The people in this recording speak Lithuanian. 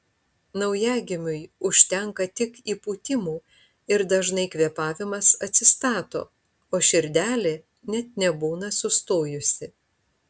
naujagimiui užtenka tik įpūtimų ir dažnai kvėpavimas atsistato o širdelė net nebūna sustojusi